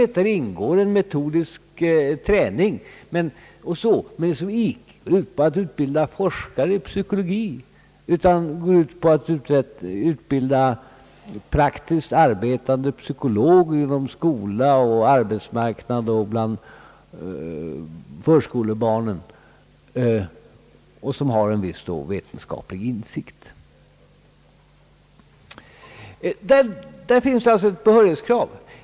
I utbildningen ingår en metodisk träning, som dock inte går ut på utbildning av forskare i psykologi utan syftar till att de studerande skall bli praktiskt arbetande psykologer — på arbetsmarknaden, inom <skolan, bland förskolebarnen osv. — med en viss vetenskaplig insikt. Där finns ett behörighetskrav.